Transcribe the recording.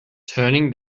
turning